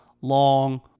long